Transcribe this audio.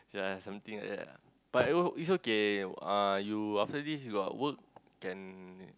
can yea it's something like that ah but it's okay uh you after this you got work can